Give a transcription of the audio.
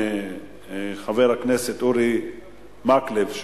חבר הכנסת אורי מקלב,